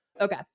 okay